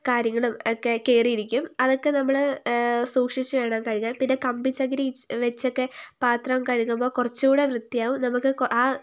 കാര്യങ്ങളും ഒക്കെ കയറിയിരിക്കും അതൊക്കെ നമ്മൾ സൂക്ഷിച്ചു വേണം കഴുകാൻ പിന്നെ കമ്പിച്ചകിരി വച്ചൊക്കെ പാത്രം കഴുകുമ്പോൾ കുറച്ചുകൂടി വൃത്തിയാകും നമുക്ക് ആ